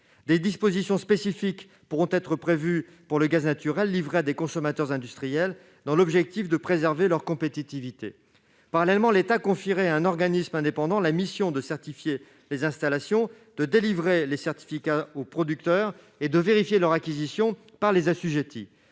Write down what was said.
Des dispositions spécifiques pourront être prévues pour le gaz naturel livré à des consommateurs industriels, afin de préserver leur compétitivité. Parallèlement, l'État confierait à un organisme indépendant la mission de certifier les installations, de délivrer les CP aux producteurs et de vérifier leur acquisition par les assujettis.